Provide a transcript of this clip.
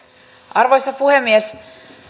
arvoisa puhemies